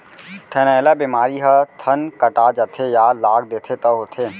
थनैला बेमारी ह थन कटा जाथे या लाग देथे तौ होथे